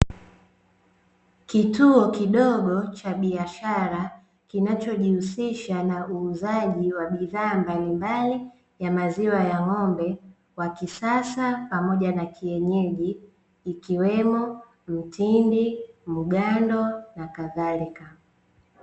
Kituo kidogo cha biashara kinachojihusisha na uuzaji wa bidhaa mbalimbali ya maziwa ya ng'ombe wa kisasa pamoja na kienyeji ikiwemo; mtindi, mgando na kadhalika.